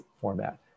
format